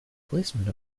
policemen